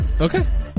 Okay